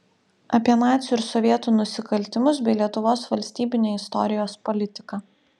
apie nacių ir sovietų nusikaltimus bei lietuvos valstybinę istorijos politiką